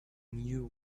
knew